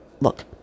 look